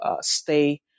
stay